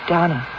Donna